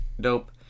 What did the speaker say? Dope